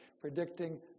predicting